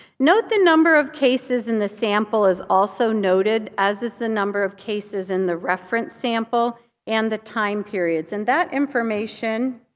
note the number of cases in the sample is also noted, as is the number of cases in the reference sample and the time periods. and that information